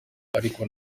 ariko